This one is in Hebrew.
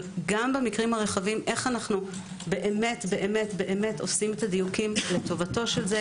גם במקרים הרחבים איך אנו עושים את הדיוקים לטובת כולם,